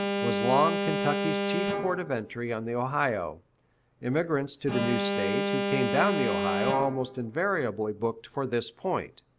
was long kentucky's chief port of entry on the ohio immigrants to the new state, who came down the ohio, almost invariably booked for this point,